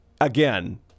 again